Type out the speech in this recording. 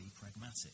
pragmatic